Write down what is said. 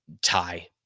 tie